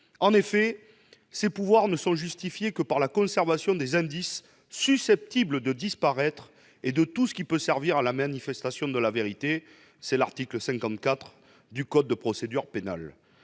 En effet, ces pouvoirs ne sont justifiés que par « la conservation des indices susceptibles de disparaître et de tout ce qui peut servir à la manifestation de la vérité », conformément à l'article 54 du code de procédure pénale.